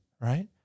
right